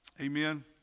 Amen